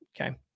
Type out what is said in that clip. Okay